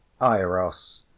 Iros